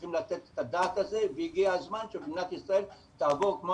צריכים לתת את הדעת על זה והגיע הזמן שמדינת ישראל תעבור כמו